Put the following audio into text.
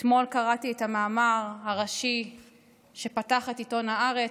אתמול קראתי את המאמר הראשי שפתח את עיתון הארץ,